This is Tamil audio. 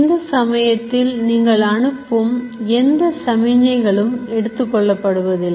இந்த சமயத்தில் நீங்கள் அனுப்பும் எந்த சமிக்ஞைகளும் எடுத்துக் கொள்ளப்படுவதில்லை